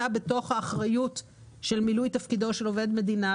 בתוך האחריות של מילוי תפקידו של עובד מדינה,